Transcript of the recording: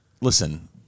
listen